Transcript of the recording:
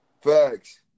Facts